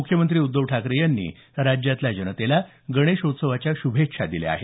मुख्यमंत्री उद्धव ठाकरे यांनी राज्यातल्या जनतेला गणेशोत्सवाच्या श्रभेच्छा दिल्या आहेत